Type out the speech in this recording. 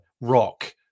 Rock